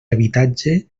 habitatge